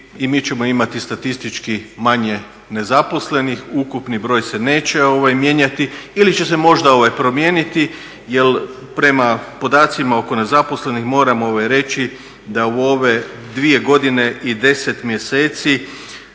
i mi ćemo imati statistički manje nezaposlenih, ukupni broj se neće mijenjati ili će se možda promijeniti jel prema podacima oko nezaposlenih moram reći da u ove dvije godine i deset mjeseci